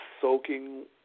soaking